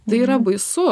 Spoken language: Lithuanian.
tai yra baisu